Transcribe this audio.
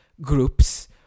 groups